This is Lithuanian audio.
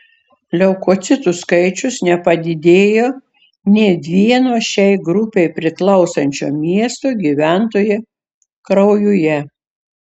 leukocitų skaičius nepadidėjo nė vieno šiai grupei priklausančio miesto gyventojo kraujuje